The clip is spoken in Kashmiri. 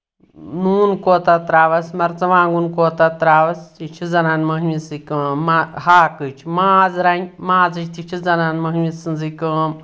نوٗن کوٗتاہ تراوَس مَرژٕوانٛگُن کوٗتاہ تراوَس یہِ چھِ زَنان مۄہنوِسٕے کٲم ہاکٕچ ماز رَنہِ مازٕچ تہِ چھِ زَنان مۄہنوِ سٕنٛزٕے کٲم